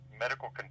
medical